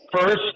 First